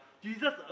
jesus